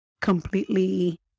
completely